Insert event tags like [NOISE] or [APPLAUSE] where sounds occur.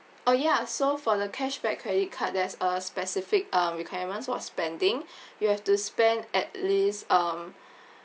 oh ya so for the cashback credit card there's a specific um requirements for spending [BREATH] you have to spend at least um